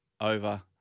over